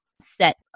set